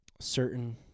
certain